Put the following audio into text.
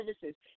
services